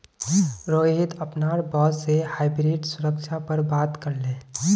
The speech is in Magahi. रोहित अपनार बॉस से हाइब्रिड सुरक्षा पर बात करले